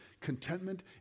contentment